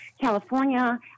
California